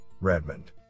Redmond